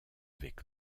avec